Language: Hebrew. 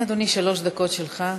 כן, אדוני, שלוש דקות שלך.